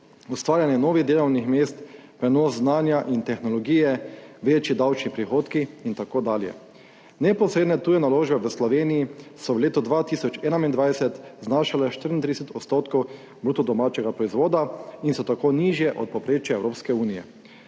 ustvarjanje novih delovnih mest, prenos znanja in tehnologije, večji davčni prihodki in tako dalje. Neposredne tuje naložbe v Sloveniji so v leto 2021 znašale 34 % bruto domačega proizvoda in so tako nižje od povprečja Evropske unije.